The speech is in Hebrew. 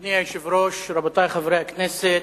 אדוני היושב-ראש, רבותי חברי הכנסת,